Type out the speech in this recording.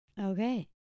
Okay